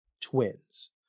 twins